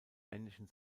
männlichen